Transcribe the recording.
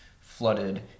Flooded